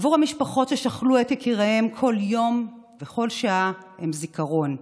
עבור המשפחות ששכלו את יקיריהן כל יום וכל שעה הם זיכרון.